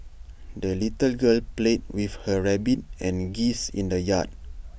the little girl played with her rabbit and geese in the yard